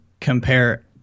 compare